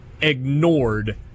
ignored